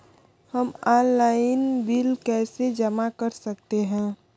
हम online bill कैसे जमा कर सकते हैं?